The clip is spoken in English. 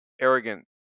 arrogant